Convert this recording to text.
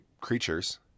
creatures